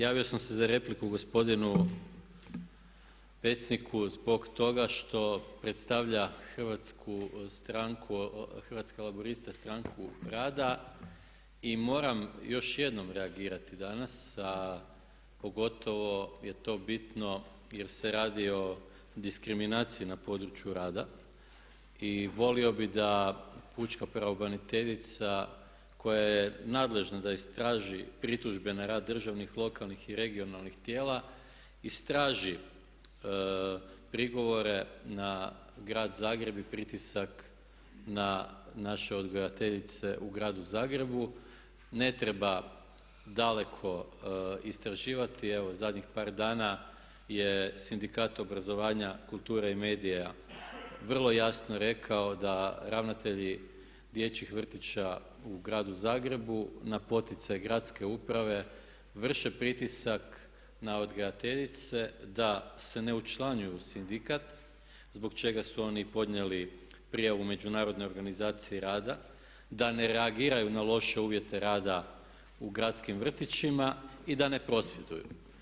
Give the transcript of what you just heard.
Javio sam se za repliku gospodinu Pecniku zbog toga što predstavlja Hrvatske Laburiste-Stranku rada i moram još jednom reagirati danas, pogotovo je to bitno jer se radi o diskriminaciji na području rada i volio bi da pučka pravobraniteljica koja je nadležna da istraži pritužbe na rad državnih, lokalnih i regionalnih tijela, istraži prigovore na grad Zagreb i pritisak na naše odgojiteljice u gradu Zagrebu, ne treba daleko istraživati, evo zadnjih par dana je sindikat obrazovanja, kulture i medija vrlo jasno rekao da ravnatelji dječjih vrtića u gradu Zagrebu na poticaj gradske uprave vrše pritisak na odgojiteljice da se ne učlanjuju u sindikat zbog čega su oni podnijeli prijavu Međunarodnoj organizaciji rada, da ne reagiraju na loše uvjete rada u gradskim vrtićima i da ne prosvjeduju.